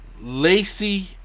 Lacey